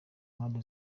mpande